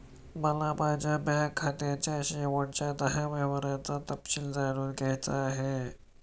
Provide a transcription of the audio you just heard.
मला माझ्या बँक खात्याच्या शेवटच्या दहा व्यवहारांचा तपशील जाणून घ्यायचा आहे